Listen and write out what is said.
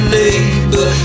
neighbor